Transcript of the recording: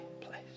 place